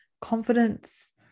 confidence